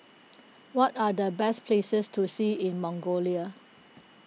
what are the best places to see in Mongolia